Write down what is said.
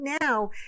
now